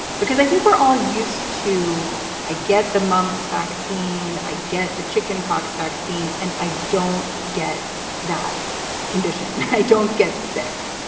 because i think we're all used to i get the mumps vaccine, i get the chickenpox vaccine, and i don't get that condition. i don't get sick.